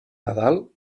nadal